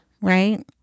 Right